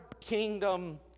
kingdom